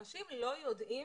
אנשים לא יודעים